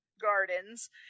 gardens